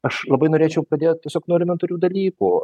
aš labai norėčiau pradėt tiesiog nuo elementarių dalykų